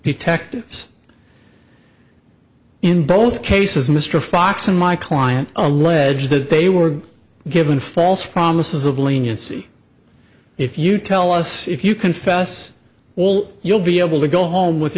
detectives in both cases mr fox and my client allege that they were given false promises of leniency if you tell us if you confess all you'll be able to go home with